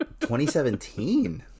2017